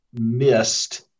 missed